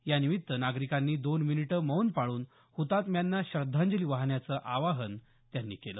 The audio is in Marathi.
यानिमित्त नागरिकांनी दोन मिनिटं मौन पाळून हुतात्म्यांना श्रद्धांजली वाहण्याचं आवाहन त्यांनी केलं